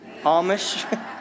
Amish